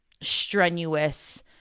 strenuous